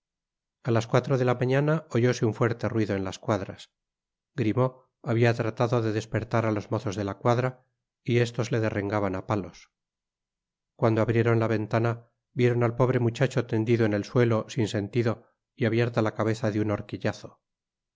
a las cuatro de la mañana oyóse un fuerte ruido en las cuadras grimaud habia tratado de despertar á los mozos de la cuadra y estos le derrengaban á palos cuando abrieron la ventana vieron al pobre muchacho tendido en el suelo sin sentido y abierta lá cateza de un horquillazo